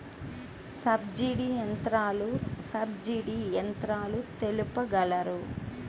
Subsidy యంత్రాలు తెలుపగలరు?